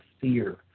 fear